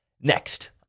next